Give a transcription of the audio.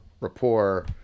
rapport